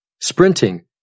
sprinting